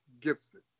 Gibson